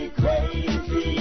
crazy